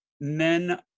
Men